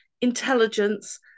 intelligence